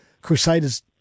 Crusaders